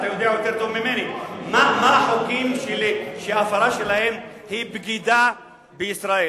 אתה יודע יותר טוב ממני מה החוקים שהפרה שלהם היא בגידה בישראל.